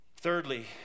Thirdly